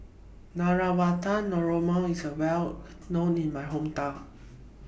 Navratan Korma IS Well known in My Hometown